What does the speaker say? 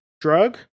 drug